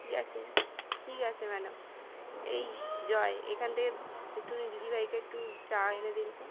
ঠিক আছে ঠিক আছে ম্যাডাম এই জয় এখান থেকে একটু দিদিভাইকে একটু চা এনে দিন তো